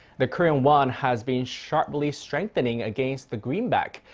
the korean won has been sharply strengthening against the greenback.